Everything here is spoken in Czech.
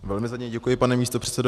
Velmi za něj děkuji, pane místopředsedo.